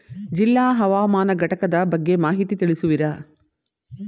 ಜಿಲ್ಲಾ ಹವಾಮಾನ ಘಟಕದ ಬಗ್ಗೆ ಮಾಹಿತಿ ತಿಳಿಸುವಿರಾ?